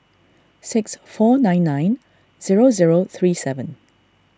six four nine nine zero zero three seven